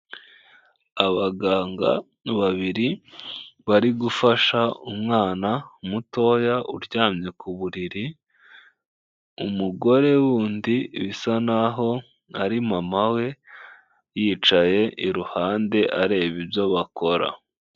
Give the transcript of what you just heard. Abaganga babiri bari gufasha umwana mutoya uryamye ku buriri, umugore wundi bisa nk'aho ari mama we, yicaye iruhande areba ibyo bakora.